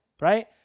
right